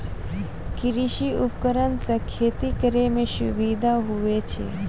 कृषि उपकरण से खेती करै मे सुबिधा हुवै छै